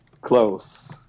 close